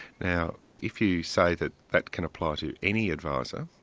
now if you say that that can apply to any adviser,